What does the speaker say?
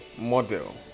model